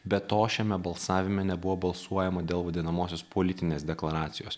be to šiame balsavime nebuvo balsuojama dėl vadinamosios politinės deklaracijos